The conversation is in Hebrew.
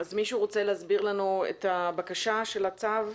אז מישהו רוצה להסביר לנו את הבקשה של הצו,